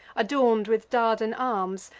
adorn'd with dardan arms,